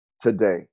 today